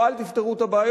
או אל תפתרו את הבעיות.